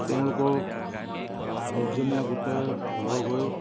তেওঁলোকৰ দহজনীয়া গোটৰে লগ হৈ